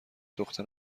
دختر